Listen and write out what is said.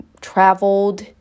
traveled